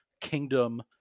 Kingdom